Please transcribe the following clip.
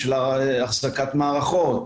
של אחזקת מערכות,